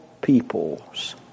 peoples